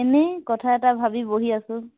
এনেই কথা এটা ভাবি বহি আছোঁ